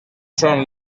són